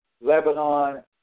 Lebanon